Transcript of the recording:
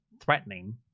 threatening